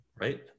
right